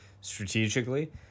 strategically